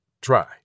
Try